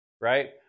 right